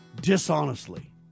dishonestly